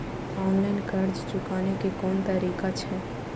Online कर्ज चुकाने के कोन तरीका छै?